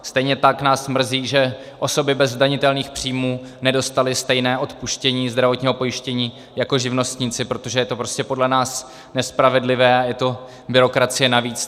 Stejně tak nás mrzí, že osoby bez zdanitelných příjmů nedostaly stejné odpuštění zdravotního pojištění jako živnostníci, protože je to prostě podle nás nespravedlivé a je to byrokracie navíc.